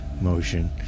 motion